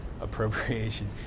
appropriation